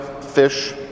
fish